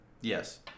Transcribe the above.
Yes